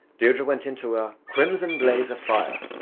deirdre went into a crimson blaze of fire,